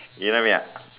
you know me ah